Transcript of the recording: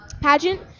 pageant